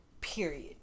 period